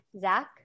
Zach